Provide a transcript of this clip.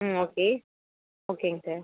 ம் ஓகே ஓகேங்க சார்